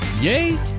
Yay